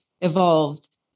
evolved